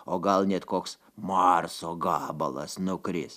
o gal net koks marso gabalas nukris